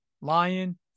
Lion